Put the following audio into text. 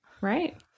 Right